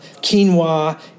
quinoa